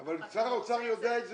אבל גם שר האוצר יודע את זה.